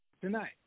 Tonight